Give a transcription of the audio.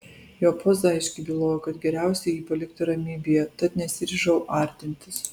jo poza aiškiai bylojo kad geriausia jį palikti ramybėje tad nesiryžau artintis